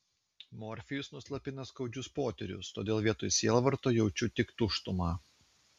morfijus nuslopina skaudžius potyrius todėl vietoj sielvarto jaučiu tik tuštumą